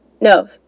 no